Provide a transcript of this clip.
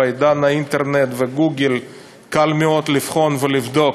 בעידן האינטרנט וגוגל קל מאוד לבחון ולבדוק,